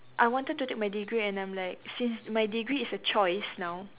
I wanted to take my degree and I'm like since my degree is a choice now